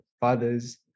fathers